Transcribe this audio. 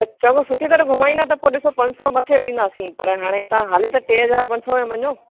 अच्छा उहो सुठी तरह घुमाईंदा त पोइ ॾिसो पंज सौ मथे बि ॾींदासीं पर हाणे तव्हां हाली त टे हज़ार पंज सौ में मञो